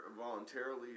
voluntarily